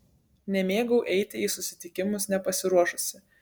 nemėgau eiti į susitikimus nepasiruošusi